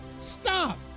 Stop